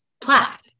Platt